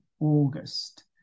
August